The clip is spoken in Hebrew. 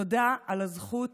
תודה על הזכות